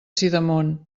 sidamon